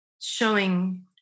showing